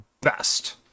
best